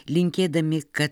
linkėdami kad